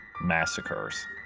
massacres